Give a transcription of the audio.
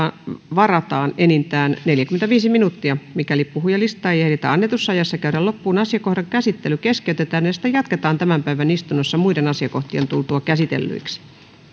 varataan enintään neljäkymmentäviisi minuuttia mikäli puhujalistaa ei ehditä annetussa ajassa käydä loppuun asiakohdan käsittely keskeytetään ja sitä jatketaan tämän päivän istunnossa muiden asiakohtien tultua käsitellyiksi